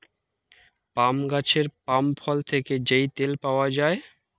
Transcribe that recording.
পাম গাছের পাম ফল থেকে যেই তেল পাওয়া যায়